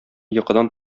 йокыдан